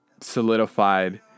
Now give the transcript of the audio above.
solidified